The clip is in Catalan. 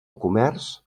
comerç